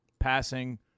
passing